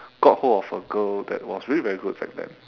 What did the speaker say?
got hold of a girl that was really very good back then